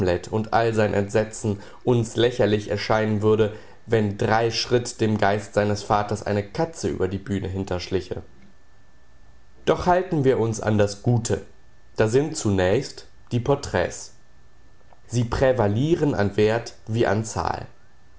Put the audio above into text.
und all sein entsetzen uns lächerlich erscheinen würde wenn drei schritt dem geist seines vaters eine katze über die bühne hinter schliche doch halten wir uns an das gute da sind zunächst die porträts sie prävalieren an wert wie an zahl